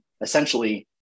essentially